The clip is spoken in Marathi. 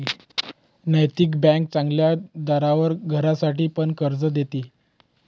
नैतिक बँक चांगल्या दरावर घरासाठी पण कर्ज देते